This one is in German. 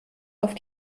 auf